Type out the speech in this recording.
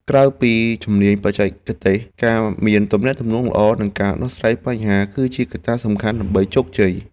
ក្រៅពីជំនាញបច្ចេកទេស ការមានទំនាក់ទំនងល្អនិងការដោះស្រាយបញ្ហា គឺជាកត្តាសំខាន់ដើម្បីជោគជ័យ។